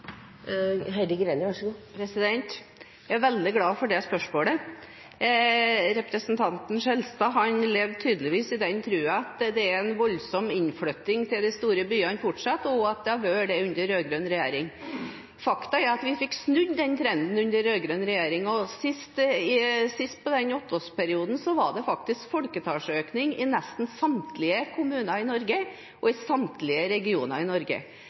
Jeg er veldig glad for det spørsmålet. Representanten Skjelstad lever tydeligvis i den tro at det er en voldsom innflytting til de store byene fortsatt, og at det har vært det under rød-grønn regjering. Faktum er at vi fikk snudd den trenden under den rød-grønne regjeringen. På slutten av den åtteårsperioden var det faktisk folketallsøkning i nesten samtlige kommuner i Norge og i samtlige regioner i Norge.